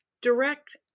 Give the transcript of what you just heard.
direct